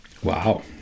Wow